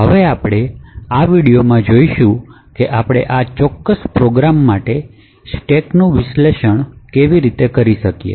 હવે આપણે આ વિડિઓમાં જોશું કે આપણે આ ચોક્કસ પ્રોગ્રામ માટે સ્ટેકનું વિશ્લેષણ કેવી રીતે કરી શકીએ